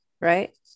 right